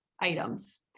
items